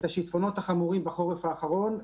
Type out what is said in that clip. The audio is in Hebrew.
את השיטפונות החמורים בחורף האחרון,